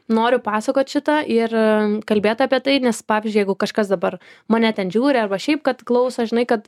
noriu pasakoti šitą ir kalbėt apie tai nes pavyzdžiui jeigu kažkas dabar mane ten žiūri arba šiaip kad klauso žinai kad